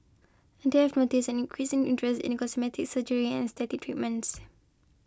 and they have noticed an increasing interest in cosmetic surgery and aesthetic treatments